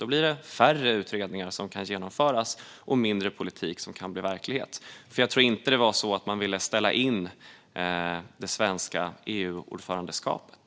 Då blir det färre utredningar som kan genomföras och mindre politik som kan bli verklighet. För jag tror inte att man ville ställa in det svenska EU-ordförandeskapet.